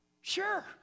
Sure